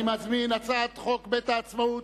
הצעת חוק בית העצמאות,